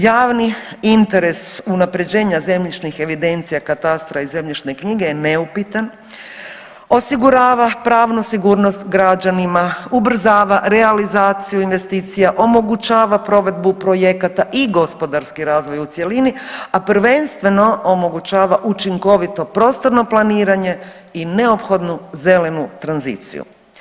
Javni interes unapređenja zemljišnih evidencija, katastra i zemljišne knjige je neupitan osigurava pravnu sigurnost građanima, ubrzava realizaciju investicija, omogućava provedbu projekata i gospodarski razvoj u cjelini, a prvenstveno omogućava učinkovito prostorno planiranje i neophodnu zelenu tranziciju.